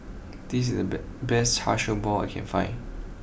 this is the best Char Siew Bao I can find